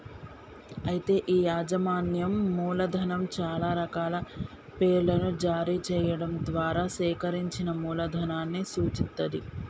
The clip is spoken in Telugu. అయితే ఈ యాజమాన్యం మూలధనం చాలా రకాల పేర్లను జారీ చేయడం ద్వారా సేకరించిన మూలధనాన్ని సూచిత్తది